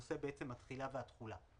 נושא התחילה והתחולה.